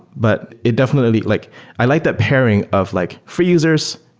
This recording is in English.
but it definitely like i like that pairing of like for users,